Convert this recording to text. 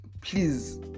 please